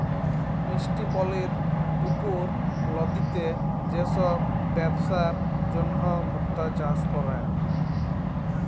মিষ্টি পালির পুকুর, লদিতে যে সব বেপসার জনহ মুক্তা চাষ ক্যরে